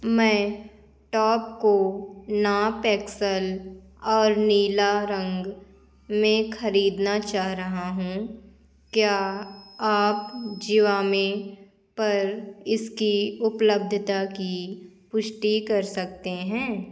मैं टॉप को नाप एक्स एल और नीला रंग में खरीदना चाह रहा हूँ क्या आप ज़ीवा में पर इसकी उपलब्धता की पुष्टि कर सकते हैं